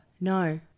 No